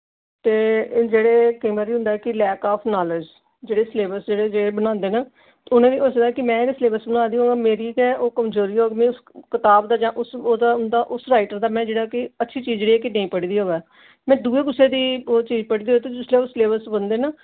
ते जेह्ड़े केईं बारी कि होंदा ऐ कि लैक आफ नालेज जेह्ड़े सलेबस जेह्ड़े बनांदे न उ'नें ई बी होई सकदा ऐ में गै सलेबस बनाऽ दी होआं मेरी गै ओह् कमजोरी होऐ में उस कताब दा जां उस राइटर दा में जेह्ड़ी ऐ अच्छी चीज जेह्ड़ी ऐ कि नेईं पढ़ी दी होऐ में दुए कुसै दी ओह् चीज पढ़ी दी होऐ ते जिसलै ओह् सलेबस बनदे न ओह्